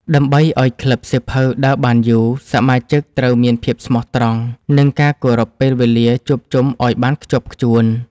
ដើម្បីឱ្យក្លឹបសៀវភៅដើរបានយូរ សមាជិកត្រូវមានភាពស្មោះត្រង់ និងការគោរពពេលវេលាជួបជុំឱ្យបានខ្ជាប់ខ្ជួន។